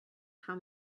how